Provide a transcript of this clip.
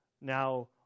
Now